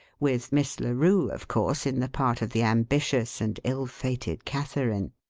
with miss larue, of course, in the part of the ambitious and ill-fated catharine.